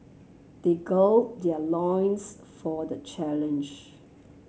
they gird their loins for the challenge